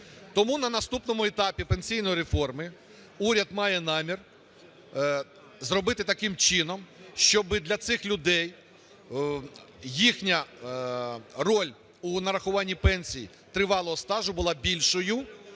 Тому на наступному етапі пенсійної реформи уряд має намір зробити таким чином, щоб для цих людей їхня роль у нарахуванні пенсій тривалого стажу була більшою,